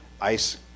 Ice